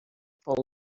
full